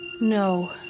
No